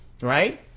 right